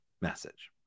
message